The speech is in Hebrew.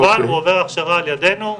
אבל הוא עובר הכשרה על ידינו,